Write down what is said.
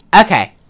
Okay